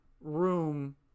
room